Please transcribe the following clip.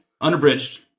Unabridged